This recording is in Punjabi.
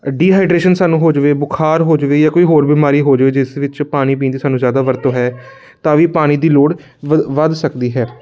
ਡੀਹਾਈਡਰੇਸ਼ਨ ਸਾਨੂੰ ਹੋ ਜਾਵੇ ਬੁਖਾਰ ਹੋ ਜਾਵੇ ਜਾਂ ਕੋਈ ਹੋਰ ਬਿਮਾਰੀ ਹੋ ਜਾਵੇ ਜਿਸ ਵਿੱਚ ਪਾਣੀ ਪੀਣ ਦੀ ਸਾਨੂੰ ਜ਼ਿਆਦਾ ਵਰਤੋਂ ਹੈ ਤਾਂ ਵੀ ਪਾਣੀ ਦੀ ਲੋੜ ਵ ਵੱਧ ਸਕਦੀ ਹੈ